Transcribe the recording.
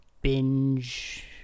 binge